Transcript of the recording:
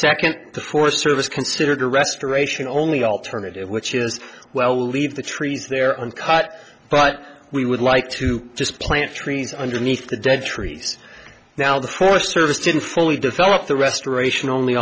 second the forest service considered a restoration only alternative which is well leave the trees there on cut but we would like to just plant trees underneath the dead trees now the forest service didn't fully develop the restoration only